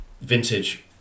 vintage